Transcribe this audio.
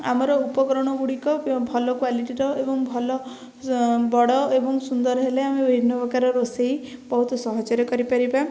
ଆମର ଉପକରଣଗୁଡିକ ଭଲ କ୍ୱାଲିଟିର ଏବଂ ଭଲ ବଡ଼ ଏବଂ ସୁନ୍ଦର ହେଲେ ଆମେ ବିଭିନ୍ନ ପ୍ରକାର ରୋଷେଇ ବହୁତ ସହଜରେ କରିପାରିବା